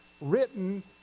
written